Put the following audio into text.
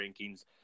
rankings